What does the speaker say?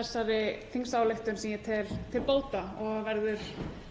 þessari þingsályktunartillögu sem ég tel til bóta og